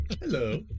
hello